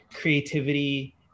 creativity